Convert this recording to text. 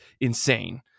insane